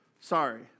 Sorry